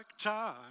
time